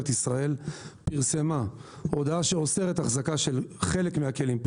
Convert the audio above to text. ישראל פרסמה הודעה שאוסרת החזקה של חלק מהכלים,